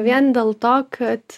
vien dėl to kad